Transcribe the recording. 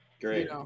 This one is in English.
Great